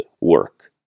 work